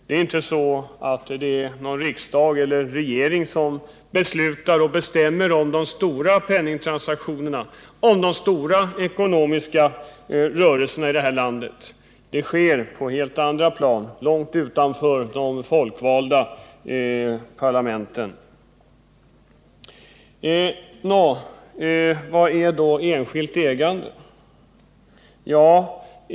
Det är inte någon riksdag eller regering som beslutar och bestämmer om de stora penningtransaktionerna och de stora ekonomiska rörelserna i det här landet. Sådana beslut sker på helt andra plan, utanför de folkvalda parlamenten. Vad är då enskilt ägande?